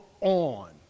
on